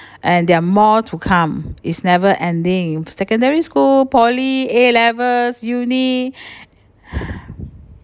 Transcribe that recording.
and there are more to come is never ending secondary school poly A levels uni